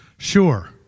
Sure